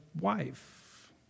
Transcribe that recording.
wife